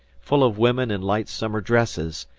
full of women in light summer dresses,